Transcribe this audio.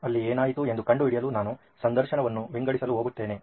ಅಲ್ಲಿ ಏನಾಯಿತು ಎಂದು ಕಂಡುಹಿಡಿಯಲು ನಾನು ಸಂದರ್ಶನವನ್ನು ವಿಂಗಡಿಸಲು ಹೋಗುತ್ತೇನೆ